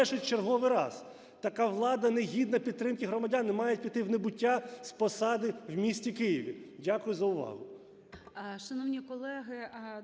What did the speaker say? збрешуть в черговий раз. Така влада не гідна підтримки громадян, вони мають піти в небуття з посади в місті Києві. Дякую за увагу.